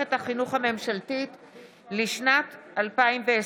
פרסומת), התשפ"ב 2021,